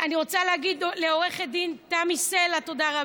אני רוצה להגיד תודה רבה